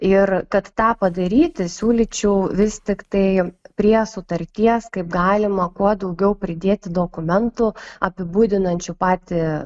ir kad tą padaryti siūlyčiau vis tiktai prie sutarties kaip galima kuo daugiau pridėti dokumentų apibūdinančių patį